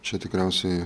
čia tikriausiai